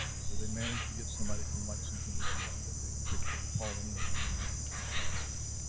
so, they managed to get somebody from lexington to come up and take a picture of pauline in the casket.